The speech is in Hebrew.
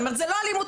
זו לא אלימות.